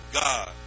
God